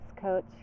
coach